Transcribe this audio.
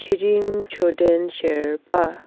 Tshering Chhoden Sherpa